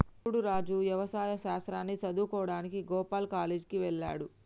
సూడు రాజు యవసాయ శాస్త్రాన్ని సదువువుకోడానికి గోపాల్ కాలేజ్ కి వెళ్త్లాడు